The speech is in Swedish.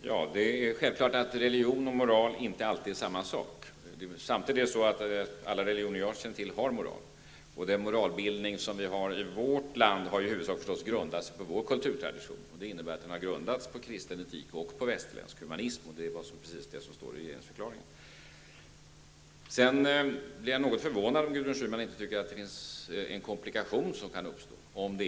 Herr talman! Det är självklart att religion och moral inte alltid är samma sak. Samtidigt har alla religioner som jag känner till moral. Den moralbildning som vi har i vårt land har i huvudsak grundat sig på vår kulturtradition, vilket innebär att den har grundats på kristen etik och västerländsk humanism -- precis som det står i regeringsförklaringen. Jag är något förvånad över att Gudrun Schyman inte ser den komplikation som kan uppstå.